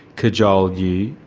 cajole you,